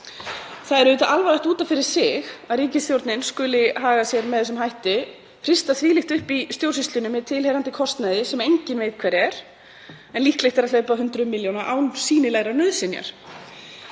Það er auðvitað alvarlegt út af fyrir sig að ríkisstjórnin skuli haga sér með þessum hætti, hrista þvílíkt upp í stjórnsýslunni með tilheyrandi kostnaði sem enginn veit hver er, en líklegt er að hlaupi á hundruðum milljóna, án sýnilegrar nauðsynjar.